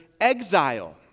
exile